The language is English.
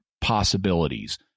possibilities